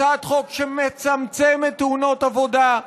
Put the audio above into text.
הצעת חוק שמצמצמת תאונות עבודה,